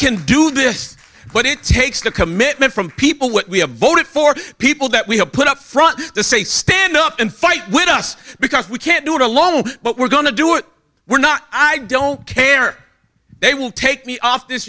can do this but it takes a commitment from people what we have voted for people that we have put up front to say stand up and fight with us because we can't do it alone but we're going to do it we're not i don't care they will take me off this